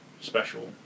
special